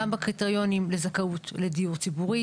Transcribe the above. גם בקריטריונים לזכאות בדיור ציבורי.